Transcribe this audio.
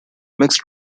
mixed